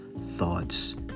thoughts